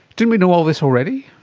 didn't we know all this already?